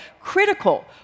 critical